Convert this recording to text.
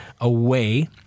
away